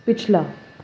پچھلا